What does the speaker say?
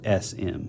sm